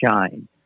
shine